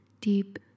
deep